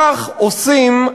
כך עושים,